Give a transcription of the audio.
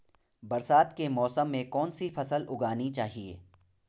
बरसात के मौसम में कौन सी फसल उगानी चाहिए?